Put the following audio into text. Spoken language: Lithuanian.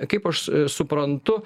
kaip aš suprantu